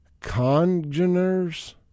congeners